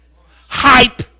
hype